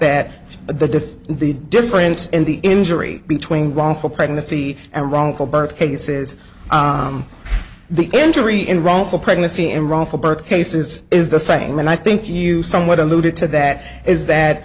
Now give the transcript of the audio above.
that the the difference in the injury between wrongful pregnancy and wrongful birth cases the interest in wrongful pregnancy and wrongful birth cases is the same and i think you somewhat alluded to that is that